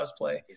cosplay